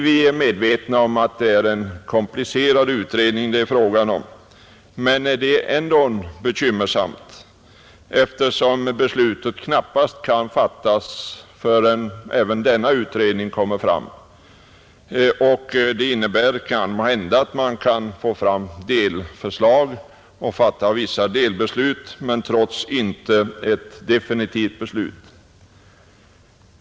Vi är medvetna om att det är fråga om en komplicerad utredning, men läget är ändå bekymmersamt eftersom beslut knappast kan fattas förrän även denna utredning är färdig. Måhända kan man få fram delförslag och fatta vissa delbeslut men inte ett definitivt beslut.